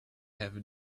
have